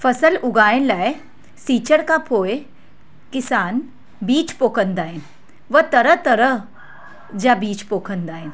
फ़सल उगाइण लाइ सिंचाई खां पोइ किसान बीज पोखंदा आहिनि व तरह तरह जा बीज पोखंदा आहिनि